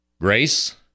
Grace